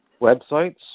websites